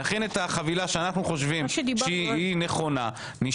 נכין את החבילה שאנחנו חושבים שהיא נכונה,